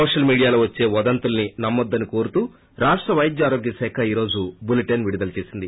social మీడియాలో వచ్చే వదంతుల్ని నమ్మొద్దని కోరుతూ రాష్ట పైద్య ఆరోగ్య శాఖ్ ఈ రోజు బులెటిన్ విడుదల చేసింది